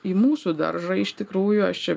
į mūsų daržą iš tikrųjų aš čia